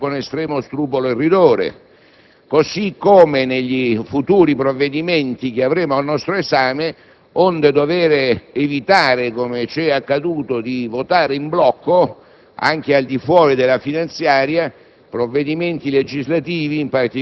il potere di controllo dei Presidenti delle Assemblee sia usato con estremo scrupolo e rigore anche per i futuri provvedimenti che saranno al nostro esame, onde evitare - come ci è accaduto - di votare in blocco